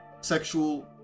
sexual